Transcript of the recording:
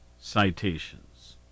citations